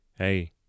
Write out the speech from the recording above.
Hey